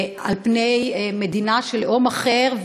על פני מדינת לאום אחר,